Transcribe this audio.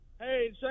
Hey